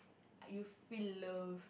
are you feel loved